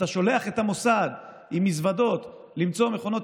אתה שולח את המוסד עם מזוודות למצוא מכונות